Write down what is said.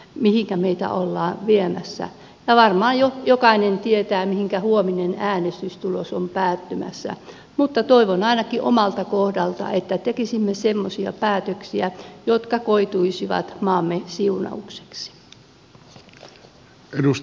mikä meitä ollaan viemässä ja varmaan jokainen tietää mihinkä huominen äänestystulos on päätymässä mutta toivon ainakin omalta kohdalta että tekisimme semmoisia päätöksiä jotka koituisivat maamme siunaukseksi